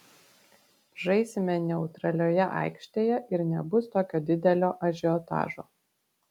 žaisime neutralioje aikštėje ir nebus tokio didelio ažiotažo